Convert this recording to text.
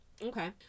okay